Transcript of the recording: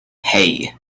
hey